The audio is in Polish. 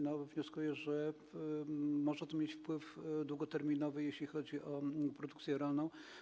Nawet wnoszę, że może to mieć wpływ długoterminowy, jeśli chodzi o produkcję rolną.